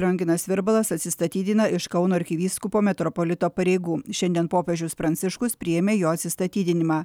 lionginas virbalas atsistatydina iš kauno arkivyskupo metropolito pareigų šiandien popiežius pranciškus priėmė jo atsistatydinimą